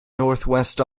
northwest